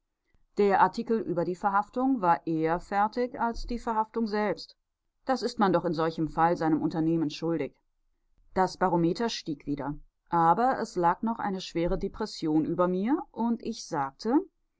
der artikel über die verhaftung war eher fertig als die verhaftung selbst das ist man doch in solchem fall seinem unternehmen schuldig das barometer stieg wieder aber es lag noch eine schwere depression über mir und ich sagte